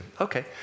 Okay